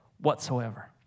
whatsoever